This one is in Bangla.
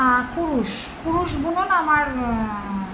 কুরুষ কুরুষ বুনন আমার